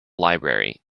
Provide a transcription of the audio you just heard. library